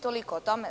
Toliko o tome.